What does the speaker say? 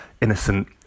innocent